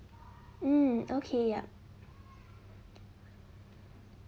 mm okay yup